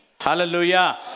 Hallelujah